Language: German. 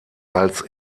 als